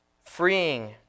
freeing